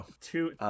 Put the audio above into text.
two